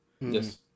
Yes